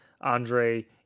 Andre